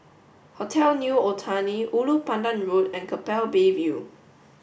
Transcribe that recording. hotel New Otani Ulu Pandan Road and Keppel Bay View